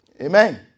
Amen